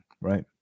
right